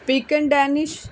pecan Danish